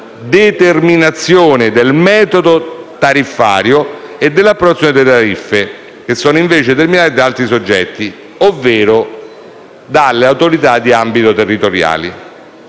la determinazione del metodo tariffario e dell'approccio alle tariffe, che sono invece determinate da altri soggetti, ovvero dalle Autorità di ambito territoriali.